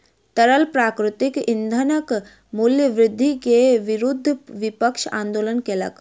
तरल प्राकृतिक ईंधनक मूल्य वृद्धि के विरुद्ध विपक्ष आंदोलन केलक